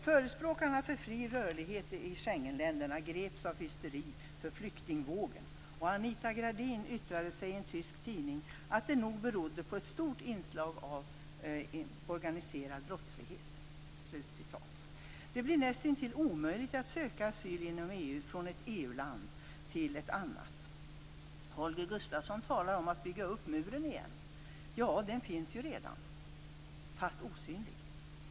Förespråkarna för fri rörlighet i Schengenländerna greps av hysteri över flyktingvågen. Anita Gradin har i en tysk tidning yttrat att det nog berodde på "ett stort inslag av organiserad brottslighet". Det blir nästintill omöjligt att söka asyl inom EU från ett EU-land till ett annat. Holger Gustafsson talar om att bygga upp muren igen. Den finns redan - men är osynlig.